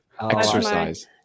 Exercise